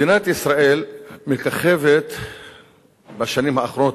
מדינת ישראל מככבת בשנים האחרונות,